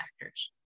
factors